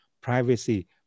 privacy